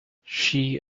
she